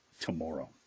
tomorrow